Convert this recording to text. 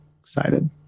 excited